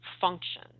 function